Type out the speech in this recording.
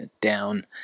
down